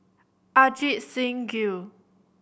Ajit Singh Gill